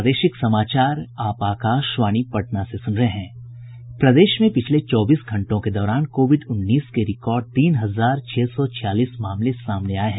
प्रदेश में पिछले चौबीस घंटों के दौरान कोविड उन्नीस के रिकॉर्ड तीन हजार छह सौ छियालीस मामले सामने आये हैं